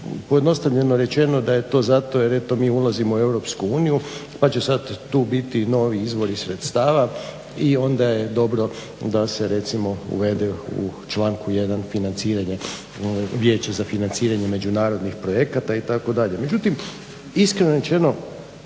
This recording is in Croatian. pojednostavljeno rečeno da je to zato jer eto mi ulazimo u EU, pa će sad tu biti novi izvori sredstava i onda je dobro da se recimo uvede u članku 1. financiranja, Vijeće za financiranje međunarodnih projekata itd. Međutim, iskreno rečeno